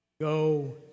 Go